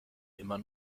immer